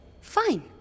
Fine